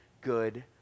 good